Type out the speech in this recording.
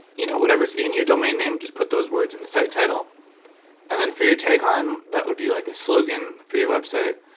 you know whatever's in your domain name just put those words in the site title and then for your tagline, that would be like a slogan for your website.